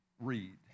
read